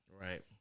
right